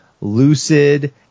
lucid